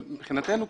אבל מבחינתנו,